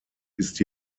ist